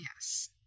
Yes